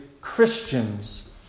Christians